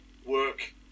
Work